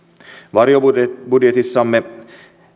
varjobudjetissamme